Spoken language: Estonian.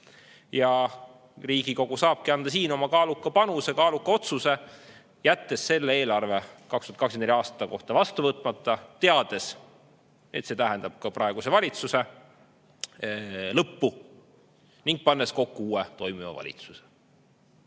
Riigikogu saab anda siin oma kaaluka panuse, [teha] kaaluka otsuse, jättes selle 2024. aasta eelarve vastu võtmata, teades, et see tähendab ka praeguse valitsuse lõppu, ning panna kokku uue, toimiva valitsuse.